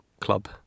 club